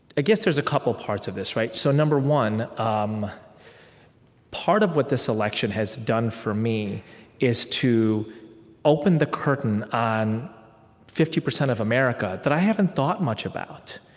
guess there's a couple parts of this, right? so number one, um part of what this election has done for me is to open the curtain on fifty percent of america that i haven't thought much about.